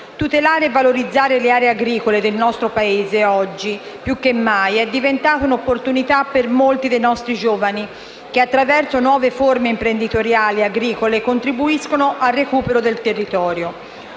Tutelare e valorizzare le aree agricole del nostro Paese oggi più che mai è diventata un'opportunità per molti dei nostri giovani che, attraverso nuove forme imprenditoriali agricole, contribuiscono al recupero del territorio.